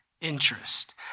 interest